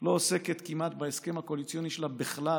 לא עוסקת כמעט בהסכם הקואליציוני שלה בכלל